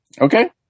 Okay